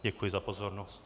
Děkuji za pozornost.